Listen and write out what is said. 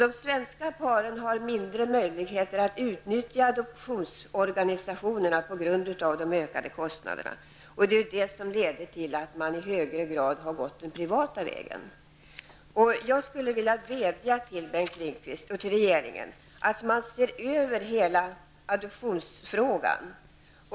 De svenska paren har i sin tur på grund av de ökade kostnaderna fått mindre möjligheter att utnyttja adoptionsorganisationerna. Detta leder till att man i högre grad har gått den privata vägen.